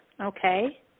Okay